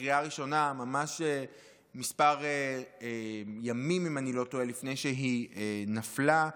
אם אני לא טועה ממש מספר ימים לפני שהיא נפלה,